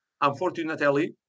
Unfortunately